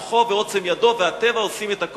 כוחו ועוצם ידו והטבע עושים את הכול,